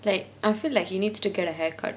like I feel like he needs to get a haircut